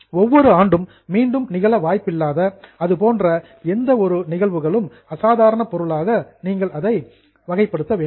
ஒவ்வொரு ஆண்டும் ரெக்கர் மீண்டும் நிகழ வாய்ப்பில்லாத இது போன்ற எந்த ஒரு ஈவன்சுவலிடீஸ் நிகழ்வுகளும் அசாதாரண பொருளாக நீங்கள் அதை கிளாசிஃபை வகைப்படுத்த வேண்டும்